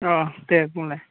अ दे बुंलाय